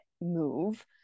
move